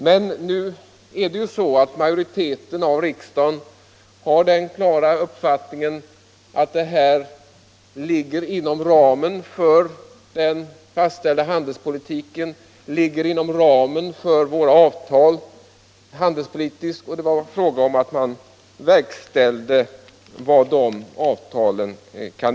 Men nu har majoriteten av riksdagen den klara uppfattningen att det här ligger inom ramen för den fastställda handelspolitiken och inom ramen för våra handelsavtal. Man handlade i detta fall i enlighet med dessa avtal.